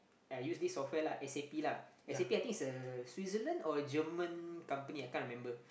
yeah use this offer lah s_a_p lah s_a_p I think is a Switzerland or German company I can't remember